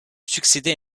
succéder